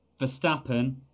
Verstappen